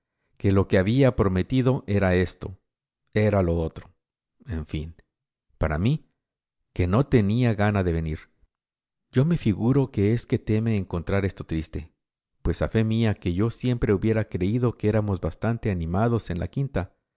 que lo que había prometido era esto era lo otro en fin para mí que no tenía gana de venir yo me figuro que es que teme encontrar esto triste pues a fe mía que yo siempre hubiera creído que éramos bastante animados en la quinta